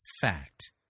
fact